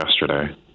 yesterday